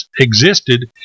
existed